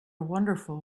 wonderful